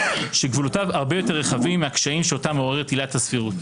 שגבולותיו הרבה יותר רחבים מהקשיים אותם מעוררת עילת הסבירות.